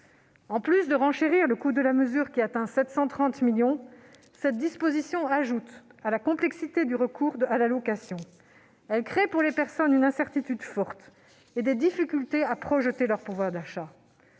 En plus de renchérir le coût de la mesure, qui atteint 730 millions d'euros, une telle disposition ajoute à la complexité du recours à l'allocation. Elle crée pour les personnes une incertitude forte et des difficultés à projeter leur pouvoir d'achat.